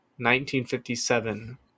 1957